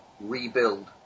rebuild